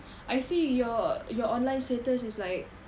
I see your your online status is like